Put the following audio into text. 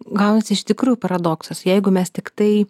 gaunasi iš tikrųjų paradoksas jeigu mes tiktai